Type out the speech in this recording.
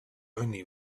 only